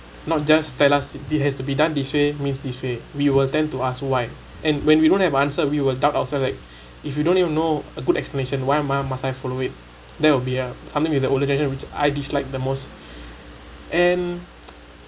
not just tell us this has to be done this way means this way we will tend to ask why and when we don't have answer we will doubt ourselves like if we don't even know a good explanation why am I am I must I follow it that will be a something with the old generation which I dislike the most and